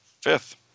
fifth